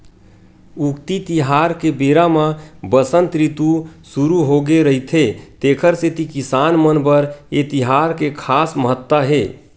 उक्ती तिहार के बेरा म बसंत रितु सुरू होगे रहिथे तेखर सेती किसान मन बर ए तिहार के खास महत्ता हे